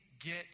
get